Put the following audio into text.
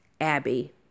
Abby